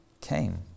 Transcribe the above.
came